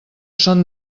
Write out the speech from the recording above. són